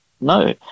no